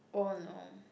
oh no